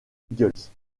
eagles